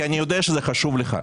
כי אני יודע שזה חשוב לך.